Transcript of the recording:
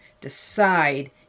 decide